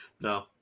No